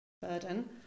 burden